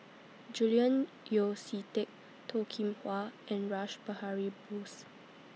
Julian Yeo See Teck Toh Kim Hwa and Rash Behari Bose